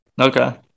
Okay